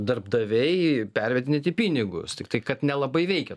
darbdaviai pervedinėti pinigus tiktai kad nelabai veikia